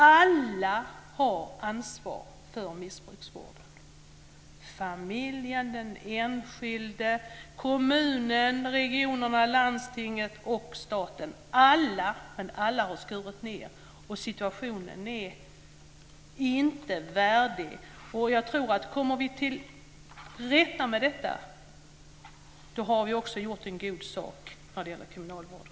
Alla har ansvar för missbruksvården - familjen, den enskilde, kommunen, regionen, landstinget och staten - men alla har skurit ned, och situationen är inte värdig. Jag tror att om vi kommer till rätta med detta så har vi också gjort en god sak när det gäller kriminalvården.